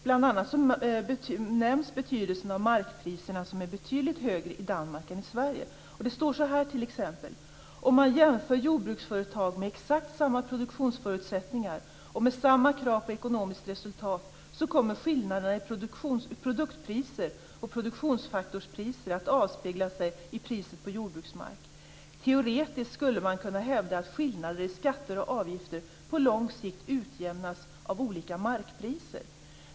Bl.a. nämns betydelsen av markpriserna som är betydligt högre i Danmark än i Sverige. Man kan t.ex. läsa följande: Om man jämför jordbruksföretag med exakt samma produktionsförutsättningar och med samma krav på ekonomiskt resultat, kommer skillnaderna i produktpriser och produktionsfaktorspriser att avspegla sig i priset på jordbruksmark. Teoretiskt skulle man kunna hävda att skillnader i skatter och avgifter på lång sikt utjämnas av olika markpriser.